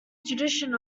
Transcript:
tradition